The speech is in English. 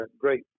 great